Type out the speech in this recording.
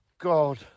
God